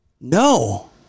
No